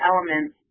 Elements